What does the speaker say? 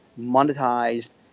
monetized